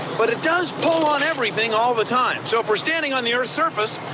but it does pull on everything all the time. so if we're standing on the earth's surface,